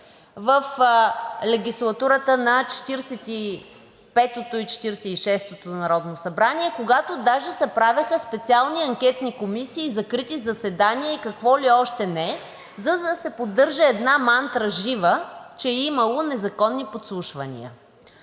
и Четиридесет и шестото народно събрание, когато даже се правеха специални анкетни комисии, закрити заседания и какво ли още не, за да се поддържа една мантра жива, че е имало незаконни подслушвания.